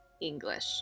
English